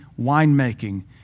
winemaking